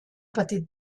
patit